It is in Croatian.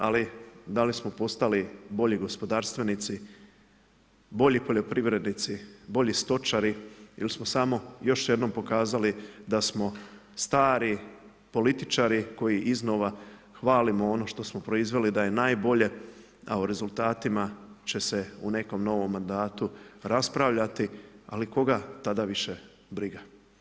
Ali, da li smo postali bolji gospodarstvenici, bolji poljoprivrednici, bolji stočari ili smo samo još jednom pokazali da smo stari političari koji iznova hvalimo ono što smo proizveli da ne najbolje, a o rezultatima će se u nekom novom mandatu raspravljati, ali koga tada više briga.